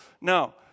Now